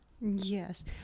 Yes